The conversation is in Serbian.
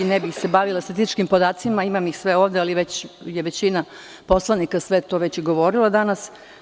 Ne bih se bavila statističkim podacima, imam ih sve ovde, ali većina poslanika je sve to već govorila danas.